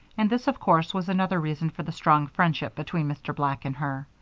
and this, of course, was another reason for the strong friendship between mr. black and her.